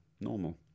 Normal